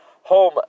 home